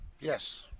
Yes